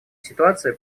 ситуации